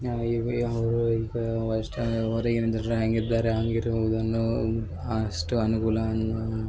ಅವರು ಈಗ ವೆಸ್ಟರ್ನು ಹೊರಗಿನಿಂದ ಜನ ಹ್ಯಾಂಗಿದ್ದಾರೆ ಹಾಗಿರುವುದನ್ನು ಅಷ್ಟು ಅನುಕೂಲವನ್ನು